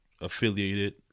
affiliated